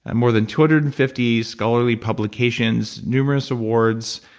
and more than two hundred and fifty scholarly publications, numerous awards,